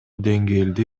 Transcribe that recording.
деңгээлде